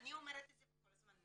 אני אומרת את זה וכל הזמן אני